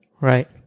right